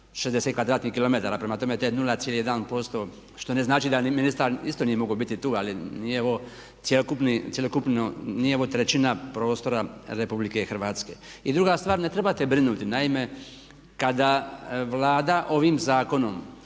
60 kvadratnih kilometara. Prema tome, to je 0,1% što ne znači da ministar isto nije mogao biti tu. Ali nije ovo cjelokupno, nije ovo trećina prostora Republike Hrvatske. I druga stvar, ne trebate brinuti. Naime, kada Vlada ovim zakonom